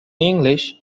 english